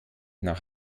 nach